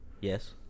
Yes